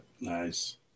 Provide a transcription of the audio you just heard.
Nice